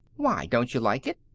why? don't you like it?